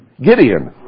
Gideon